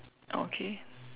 okay